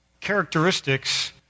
characteristics